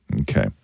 Okay